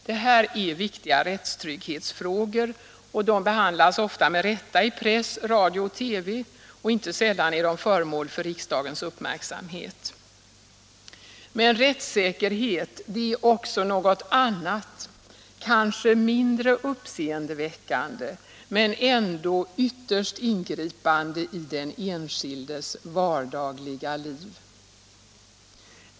Detta är viktiga rättstrygghetsfrågor som ofta med rätta behandlas i press, radio och TV och som inte sällan är föremål för riksdagens uppmärksamhet. Men rättssäkerhet är också något annat, kanske mindre uppseendeväckande men ändå ytterst ingripande i den enskildes vardagliga liv.